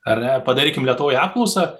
ar ne padarykim lietuvoj apklausą